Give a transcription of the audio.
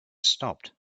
stopped